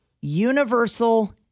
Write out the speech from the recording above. universal